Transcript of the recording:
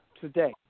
Today